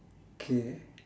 K